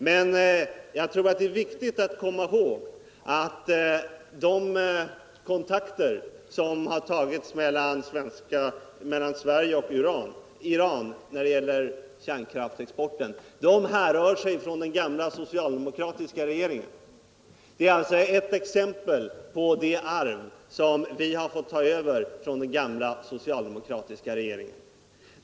Men jag tror att det är viktigt att komma ihåg at de kontakter som har tagits mellan Sverige och Iran när det gäller kärnkraftsexport härrör sig från den gamla socialdemokratiska regeringen. Det är alltså ett exempel på det arv som vi har fått ta över från den gamla socialdemokratiska regeringen.